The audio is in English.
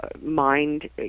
mind